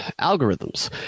algorithms